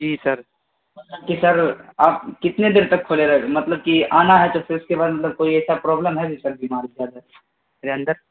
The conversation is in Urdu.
جی سر پتا کہ سر آپ کتنے دیر تک کھولے رہے مطلب کہ آنا ہے تو پھر اس کے بعد مطلب کوئی ایسا پروبلم ہے جو سر بیمار زیادہ میرے اندر